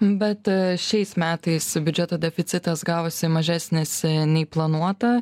bet šiais metais biudžeto deficitas gavosi mažesnis nei planuota